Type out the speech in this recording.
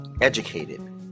Educated